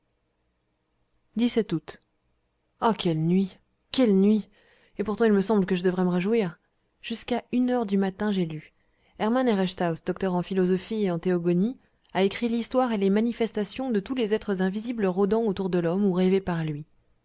août ah quelle nuit quelle nuit et pourtant il me semble que je devrais me réjouir jusqu'à une heure du matin j'ai lu hermann herestauss docteur en philosophie et en théogonie a écrit l'histoire et les manifestations de tous les êtres invisibles rôdant autour de l'homme ou rêvés par lui